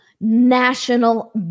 national